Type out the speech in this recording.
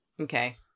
Okay